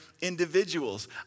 individuals